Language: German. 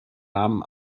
nahmen